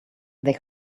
they